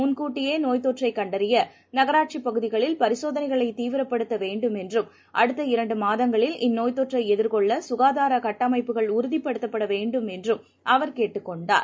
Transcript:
முன்கூட்டியேநோய்த்தொற்றைகண்டறியநகராட்சிப் பகுதிகளில் பரிசோதனைகளைதீவிரப்படுத்தப்படவேண்டும் என்றும் அடுத்த இரண்டுமாதங்களில் இந்நோய்த்தொற்றைஎதிர்கொள்ளசுகாதாரகட்டமைப்புகள் உறுதிபடுத்தப்படவேண்டும் என்றும் அவர் கேட்டுக் கொண்டார்